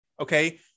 okay